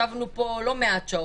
ישבנו פה לא מעט שעות,